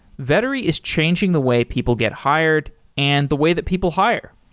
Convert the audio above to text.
vettery is changing the way people get hired and the way that people hire.